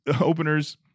openers